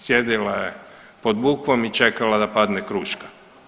Sjedila je pod bukvom i čekala da padne kruška.